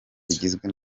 igizwe